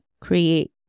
create